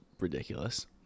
ridiculous